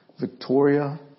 Victoria